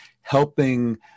helping